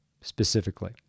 specifically